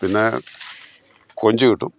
പിന്നെ കൊഞ്ച് കിട്ടും